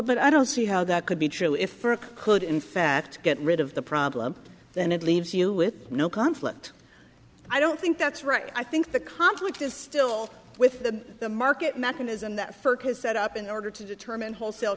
but i don't see how that could be true if earth could in fact get rid of the problem then it leaves you with no conflict i don't think that's right i think the conflict is still with the the market mechanism that has set up in order to determine wholesale